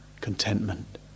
contentment